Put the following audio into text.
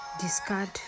discard